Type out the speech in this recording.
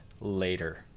later